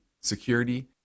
security